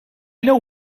know